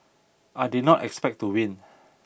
I did not expect to win